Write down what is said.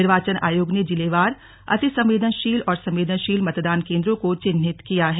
निर्वाचन आयोग ने जिले वार अतिसंवेदनशील और संवेदनशील मतदान केंद्रों को चिह्नित किया है